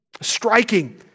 striking